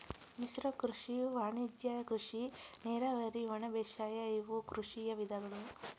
ಮಿಶ್ರ ಕೃಷಿ ವಾಣಿಜ್ಯ ಕೃಷಿ ನೇರಾವರಿ ಒಣಬೇಸಾಯ ಇವು ಕೃಷಿಯ ವಿಧಗಳು